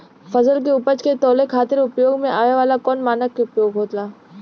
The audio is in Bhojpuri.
फसल के उपज के तौले खातिर उपयोग में आवे वाला कौन मानक के उपयोग होला?